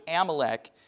Amalek